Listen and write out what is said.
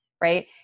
right